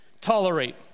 tolerate